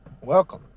Welcome